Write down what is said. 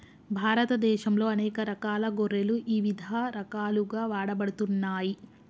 భారతదేశంలో అనేక రకాల గొర్రెలు ఇవిధ రకాలుగా వాడబడుతున్నాయి